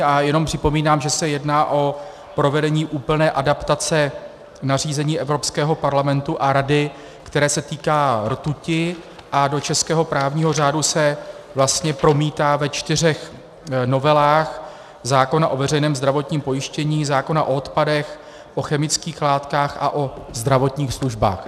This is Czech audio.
A jenom připomínám, že se jedná o provedení úplně adaptace nařízení Evropského parlamentu a Rady, které se týká rtuti, a do českého právního řádu se vlastně promítá ve čtyřech novelách zákona o veřejném zdravotním pojištění, zákona o odpadech, o chemických látkách a o zdravotních službách.